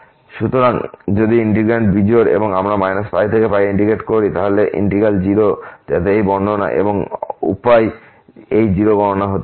সুতরাং যদি integrand বিজোড় এবং আমরা π থেকে এ ইন্টিগ্রেট করেছি তাহলে এই ইন্টিগ্র্যাল 0 যাতে এই বর্ণনা এবং অন্য উপায় এই 0 গণনা হতে হবে